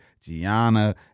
Gianna